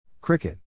Cricket